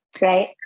Right